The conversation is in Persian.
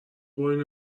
برین